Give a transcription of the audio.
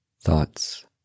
thoughts